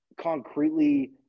concretely